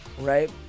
right